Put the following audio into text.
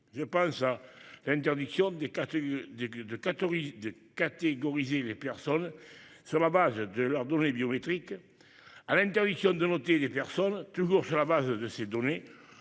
Je pense à l'interdiction de catégoriser des personnes sur la base de leurs données biométriques, à l'interdiction de noter des personnes, toujours sur la base de ces données,